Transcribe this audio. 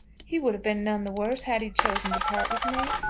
he would have been none the worse had he chosen to part with me.